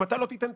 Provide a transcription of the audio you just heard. אם אתה לא תאפשר,